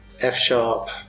F-sharp